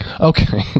Okay